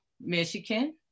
Michigan